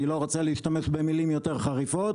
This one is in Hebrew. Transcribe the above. אני לא רוצה להשתמש במילים יותר חריפות,